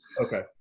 Okay